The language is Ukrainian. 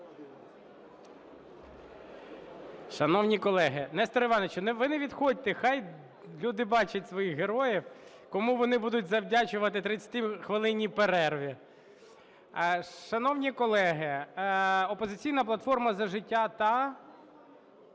Шановні колеги! Несторе Івановичу, ви не відходьте, хай люди бачать своїх героїв, кому вони будуть завдячувати 30-хвилинній перерві. Шановні колеги, "Опозиційна платформа – За життя" та…?